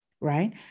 right